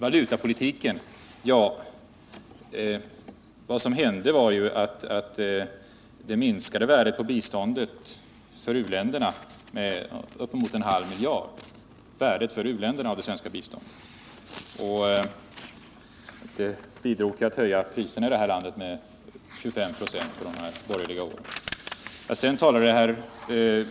Vad som hände beträffande valutapolitiken var att för u-länderna minskade värdet av biståndet med uppemot en halv miljard. Det bidrog till att höja priserna i detta land med 25 96 under de borgerliga åren.